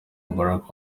barack